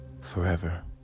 forever